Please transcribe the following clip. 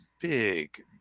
big